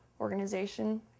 organization